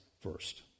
first